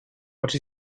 what